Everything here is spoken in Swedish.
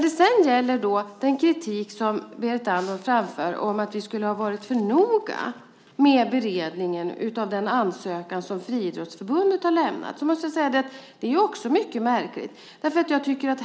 Den kritik som Berit Andnor framför om att vi skulle ha varit för noga med beredningen av ansökan som Friidrottsförbundet har lämnat är också mycket märklig.